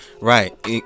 Right